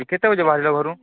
କେତେ ବଜେ ବାହାରିଲ ଘରୁ